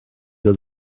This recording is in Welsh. oedd